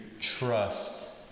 trust